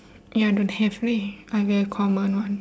ya don't have leh I very comman [one]